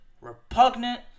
repugnant